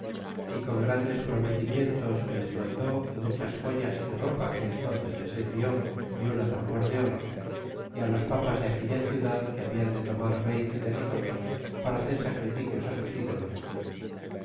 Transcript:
é con grandes prometimientos que les mandó y muchas joyas y ropa que entónces les envió é un atambor de oro é los papas de aquella ciudad que hablan de tomar veinte de nosotros para hacer sacrificios sus ídolos